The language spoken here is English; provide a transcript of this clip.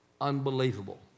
Unbelievable